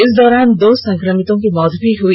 इस दौरान दो संक्रमितों की मौत भी हो गई